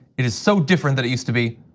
it is so different than it used to be.